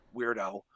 weirdo